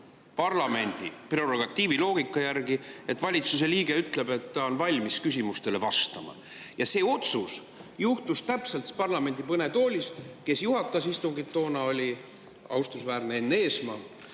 parlamendi prerogatiivi loogika järgi enesestmõistetav, et valitsuse liige ütleb, et ta on valmis küsimustele vastama. Ja see otsus tehti otse parlamendi kõnetoolis. Kes juhatas istungit toona? See oli austusväärne Enn Eesmaa.